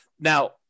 Now